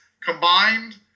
combined